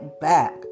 back